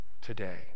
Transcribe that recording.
today